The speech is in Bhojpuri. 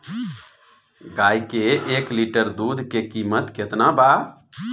गाय के एक लीटर दूध के कीमत केतना बा?